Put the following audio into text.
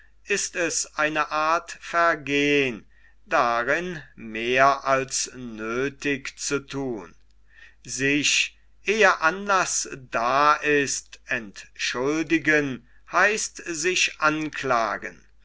ist es eine art vergehn darin mehr als nöthig zu thun sich ehe anlaß da ist entschuldigen heißt sich anklagen